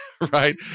Right